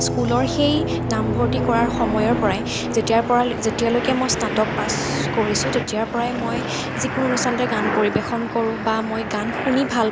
স্কুলৰ সেই নাম ভৰ্তি কৰাৰ সময়ৰপৰাই যেতিয়াৰপৰা যেতিয়ালৈকে মই স্নাতক পাছ কৰিছোঁ তেতিয়াৰপৰাই মই যিকোনো অনুষ্ঠানতে গান পৰিৱেশন কৰোঁ বা মই গান শুনি ভাল